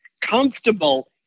comfortable